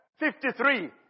53